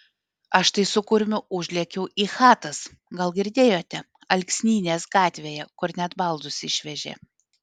aš tai su kurmiu užlėkiau į chatas gal girdėjote alksnynės gatvėje kur net baldus išvežė